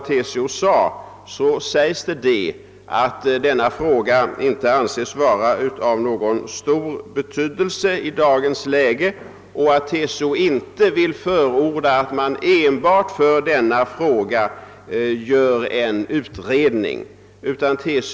TCO sade nämligen att denna fråga inte kunde anses vara av någon större betydelse och att TCO inte ville förorda att den ensam gjordes till föremål för en utredning.